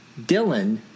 Dylan